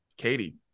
Katie